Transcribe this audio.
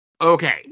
Okay